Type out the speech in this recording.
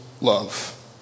love